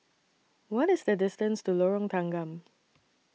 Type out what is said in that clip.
What IS The distance to Lorong Tanggam